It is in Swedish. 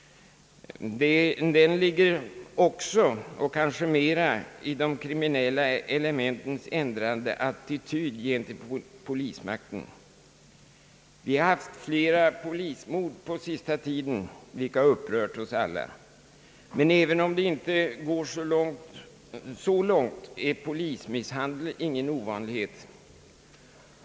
Den framgår även — och kanske än mer — av de kriminella elementens ändrade attityd gentemot polismakten. På den senaste tiden har det skett flera polismord, vilka har upprört oss alla, men även om det inte går så långt som till mord, är polismisshandel inte någon ovanlighet.